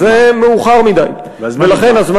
והזמן